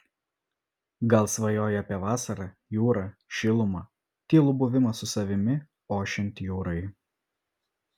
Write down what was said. gal svajoji apie vasarą jūrą šilumą tylų buvimą su savimi ošiant jūrai